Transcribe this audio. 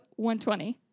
120